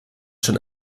schon